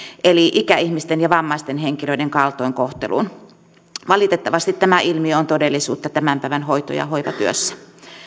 eli ikäihmisten ja vammaisten henkilöiden kaltoinkohteluun valitettavasti tämä ilmiö on todellisuutta tämän päivän hoito ja hoivatyössä